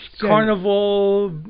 carnival